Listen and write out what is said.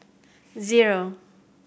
zero